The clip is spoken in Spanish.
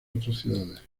atrocidades